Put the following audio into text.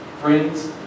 friends